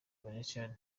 valencia